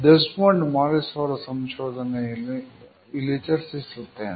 Desmond Morris ಅವರ ಸಂಶೋಧನೆಯನ್ನು ಇಲ್ಲಿ ಚರ್ಚಿಸುತ್ತೇನೆ